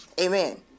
Amen